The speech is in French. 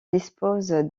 dispose